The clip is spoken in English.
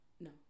No